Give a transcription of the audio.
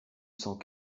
cent